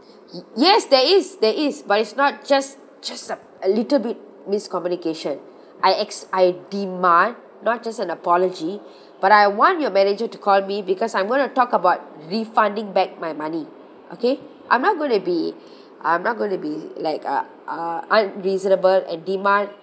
yes there is there is but it's not just just a little bit miscommunication I ex~ I demand not just an apology but I want your manager to call me because I'm gonna talk about refunding back my money okay I'm not going to be I'm not going to be like uh uh unreasonable and demand